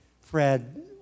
Fred